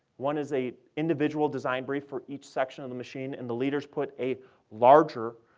one is a individual design brief for each section of the machine, and the leaders put a larger